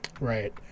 Right